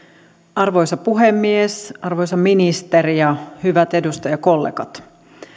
arvoisa puhemies arvoisa ministeri ja hyvät edustajakollegat